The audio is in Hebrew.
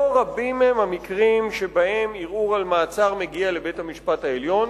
לא רבים הם המקרים שבהם ערעור על מעצר מגיע לבית-המשפט העליון,